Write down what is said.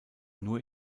nur